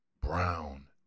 Brown